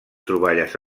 troballes